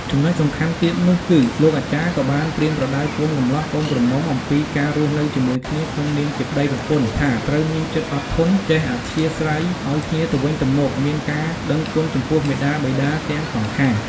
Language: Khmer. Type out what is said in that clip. ចំណុចសំខាន់ទៀតនោះគឺ លោកអាចារ្យក៏បានប្រៀនប្រដៅកូនកម្លោះកូនក្រមុំអំពីការរស់ជាមួយគ្នាក្នុងនាមជាប្តីប្រពន្ធ ថាត្រូវមានចិត្តអត់ធន់ ចេះអធ្យាស្រ័យឱ្យគ្នាទៅវិញទៅមក មានការដឹងគុណចំពោះមាតាបិតាទាំងសងខាង។